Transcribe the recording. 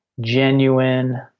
genuine